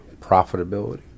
profitability